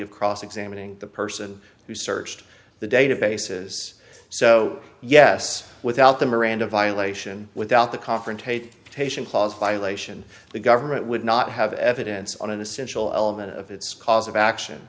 of cross examining the person who searched the databases so yes without the miranda violation without the confrontation patient clause violation the government would not have evidence on an essential element of its cause of action